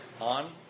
on